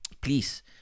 Please